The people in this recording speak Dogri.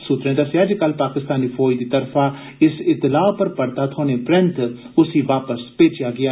सूत्रें दस्सेआ जे कल पाकिस्तानी फौज दी तरफा इस इतलाह पर परता थ्होने परैंत उसी वापस भेजेआ गेआ